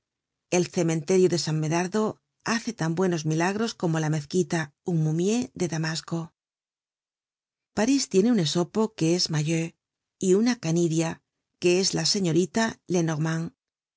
el cementerio de san medardo hace tan buenos milagros como la mezquita umumié de damasco content from google book search generated at parís tiene un esopo que es mayeux y una canidia que es la señorita